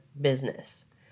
business